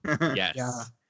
yes